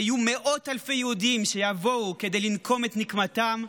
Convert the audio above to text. ויהיו מאות אלפי יהודים שיבואו כדי לנקום את נקמתם,